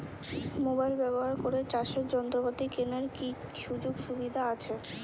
Mobile ব্যবহার করে চাষের যন্ত্রপাতি কেনার কি সুযোগ সুবিধা আছে?